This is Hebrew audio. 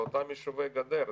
לאותם יישובי הגדר.